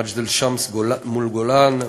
מג'דל-שמס והמועצה האזורית גולן,